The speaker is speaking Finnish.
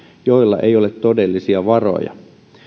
joilla ei ole todellisia varoja